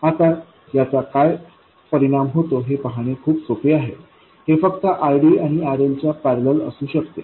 आता याचा काय परिणाम होतो हे पाहणे खूप सोपे आहे हे फक्त RDआणिRLच्या पॅरलल असू शकते